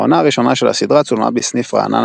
העונה הראשונה של הסדרה צולמה בסניף רעננה